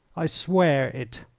i swear it,